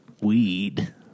weed